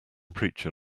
preacher